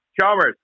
Chalmers